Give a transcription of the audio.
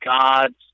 gods